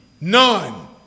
None